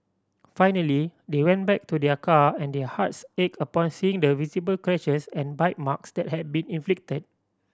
finally they went back to their car and their hearts ached upon seeing the visible scratches and bite marks that had been inflicted